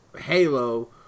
Halo